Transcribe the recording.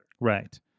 Right